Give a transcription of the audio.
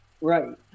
Right